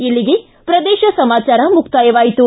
ಇಲ್ಲಿಗೆ ಪ್ರದೇಶ ಸಮಾಚಾರ ಮುಕ್ತಾಯವಾಯಿತು